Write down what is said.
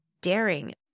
daring